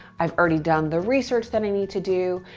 i've already done the research that i need to do,